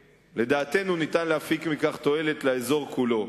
לדעתנו, ניתן להפיק מכך תועלת לאזור כולו.